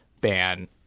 ban